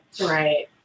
Right